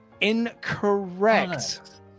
Incorrect